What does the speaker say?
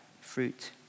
fruit